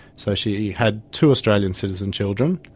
so she had two australian citizen children.